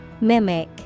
Mimic